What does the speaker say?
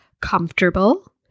Comfortable